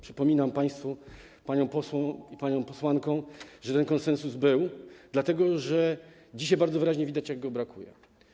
Przypominam państwu, panom posłom i paniom posłankom, że ten konsensus był, dlatego że dzisiaj bardzo wyraźnie widać, jak go brakuje.